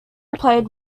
played